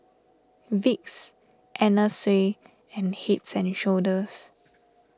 Vicks Anna Sui and Heads and Shoulders